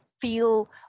feel